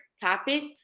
topics